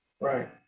Right